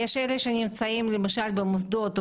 אלה שנמצאים למשל במוסדות,